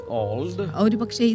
old